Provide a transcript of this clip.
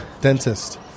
dentist